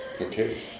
Okay